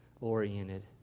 oriented